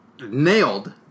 nailed